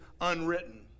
unwritten